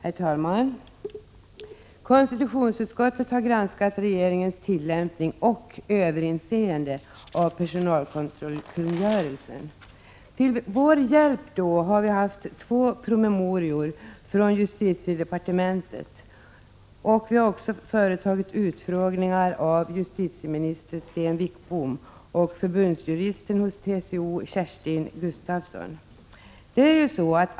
Herr talman! Konstitutionsutskottet har granskat regeringens tillämpning och överinseende när det gäller personalkontrollkungörelsen. Till vår hjälp har vi haft två promemorior från justitiedepartementet, och vi har företagit utfrågningar av justitieminister Sten Wickbom och förbundsjuristen hos TCO, Kerstin Gustafsson.